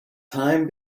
time